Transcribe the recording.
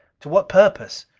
to what purpose?